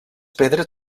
pedres